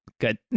good